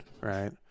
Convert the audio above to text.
right